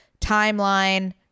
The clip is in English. timeline